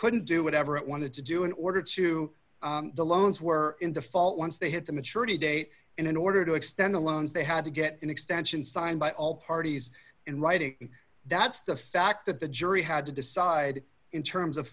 couldn't do whatever it wanted to do in order to the loans were in default once they hit the maturity date in order to extend the loans they had to get an extension signed by all parties in writing and that's the fact that the jury had to decide in terms of